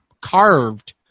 carved